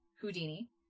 Houdini